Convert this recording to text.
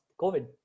covid